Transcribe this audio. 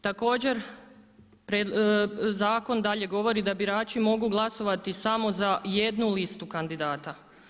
Također zakon dalje govori da birači mogu glasovati samo za jednu listu kandidata.